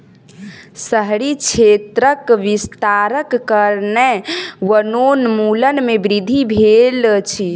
शहरी क्षेत्रक विस्तारक कारणेँ वनोन्मूलन में वृद्धि भेल अछि